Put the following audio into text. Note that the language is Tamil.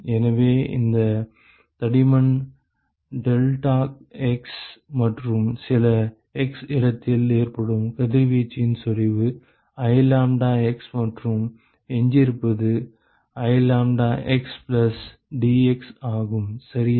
எனவே இந்த தடிமன் டெல்டாக்ஸ் மற்றும் சில x இடத்தில் ஏற்படும் கதிர்வீச்சின் செறிவு I லாம்ப்டா x மற்றும் எஞ்சியிருப்பது I lambda x plus dx ஆகும் சரியா